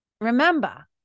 remember